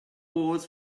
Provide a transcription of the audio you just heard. walls